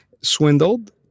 Swindled